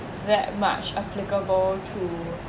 that much applicable to